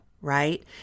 Right